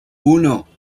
uno